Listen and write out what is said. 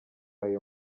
ayo